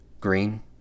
Green